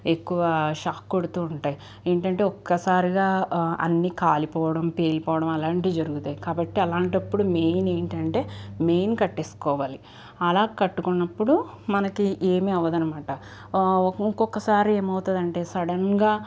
ఎక్కువ షాక్ కొడుతూ ఉంటాయి ఏంటంటే ఒక్కసారిగా అన్ని కాలిపోవడం పేలిపోవడం అలాంటివి జరుగుతాయి కాబట్టి అలాంటి అప్పుడు మెయిన్ ఏంటంటే మెయిన్ కట్టేసుకోవాలి అలా కట్టుకున్నప్పుడు మనకి ఏమీ అవదనమాట ఒక ఇంకొకసారి ఏమవుతదంటే సడన్గా